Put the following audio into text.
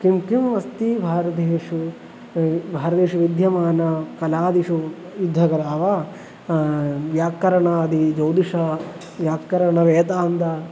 किं किम् अस्ति भारतीयेषु भारतेषु विद्यमानकलादिषु युद्धकला वा व्याकरणादिजौतिषं व्याकरणवेदान्तम्